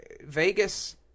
Vegas